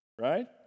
right